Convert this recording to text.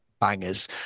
bangers